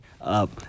up